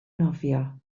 nofio